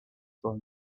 for